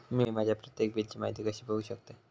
मी माझ्या प्रत्येक बिलची माहिती कशी बघू शकतय?